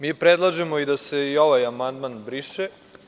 Mi predlažemo da si ovaj amandman briše.